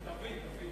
דוד.